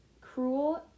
cruel